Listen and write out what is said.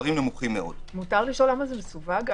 למה זה מסווג?